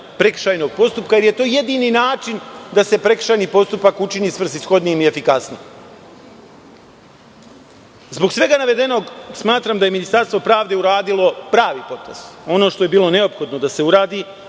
prekršajnog postupka, jer je to jedini način da se prekršajni postupak učini svrsishodnijim i efikasnijim. Zbog svega navedenog smatram da je Ministarstvo pravde uradilo pravi potez, ono što je bilo neophodno da se uradi